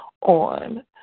on